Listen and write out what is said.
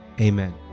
Amen